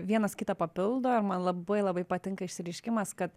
vienas kitą papildo ir man labai labai patinka išsireiškimas kad